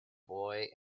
boy